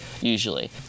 usually